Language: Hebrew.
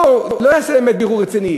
לא יעשה באמת בירור רציני,